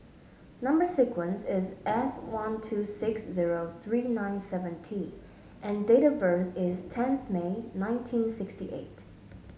number sequence is S one two six zero three nine seven T and date of birth is tenth May nineteen sixty eight